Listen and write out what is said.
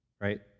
right